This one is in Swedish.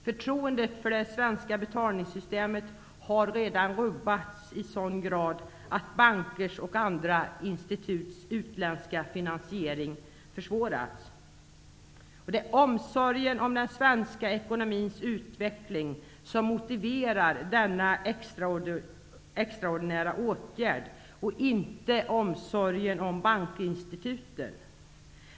Förtroendet för det svenska betalningssystemet har redan rubbats i sådan grad att bankers och andra instituts utländska finansiering försvårats. Det är omsorgen om Sveriges ekonomiska utveckling som motiverar denna extraordinära åtgärd, inte omsorgen om bankinstituten.